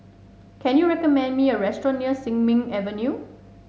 can you recommend me a restaurant near Sin Ming Avenue